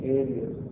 areas